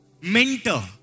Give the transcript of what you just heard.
mentor